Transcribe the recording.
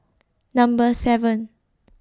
Number seven